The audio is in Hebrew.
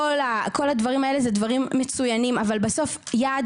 כל הדברים האלה אלו דברים מצוינים אבל בסוף יעד